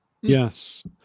Yes